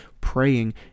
praying